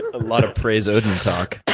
a lot of praise odin talk.